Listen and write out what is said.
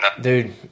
Dude